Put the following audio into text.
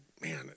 man